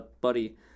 buddy